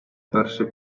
перший